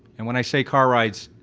and when i say car rides,